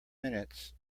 minutes